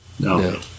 No